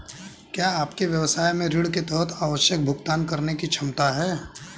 क्या आपके व्यवसाय में ऋण के तहत आवश्यक भुगतान करने की क्षमता है?